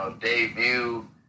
debut